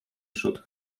should